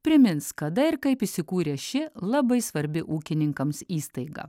primins kada ir kaip įsikūrė ši labai svarbi ūkininkams įstaiga